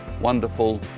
wonderful